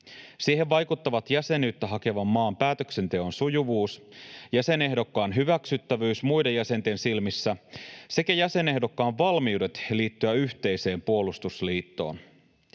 Siihen vaikuttavat jäsenyyttä hakevan maan päätöksenteon sujuvuus, jäsenehdokkaan hyväksyttävyys muiden jäsenten silmissä sekä jäsenehdokkaan valmiudet liittyä yhteiseen puolustusliittoon.